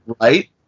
right